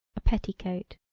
a petticoat.